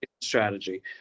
strategy